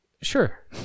Sure